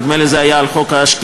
נדמה לי שזה היה על חוק השקיפות,